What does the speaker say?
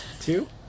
Two